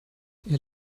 ihr